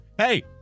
Hey